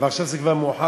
אבל עכשיו זה כבר מאוחר,